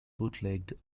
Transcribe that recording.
bootlegged